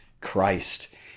Christ